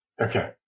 Okay